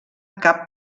cap